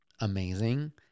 amazing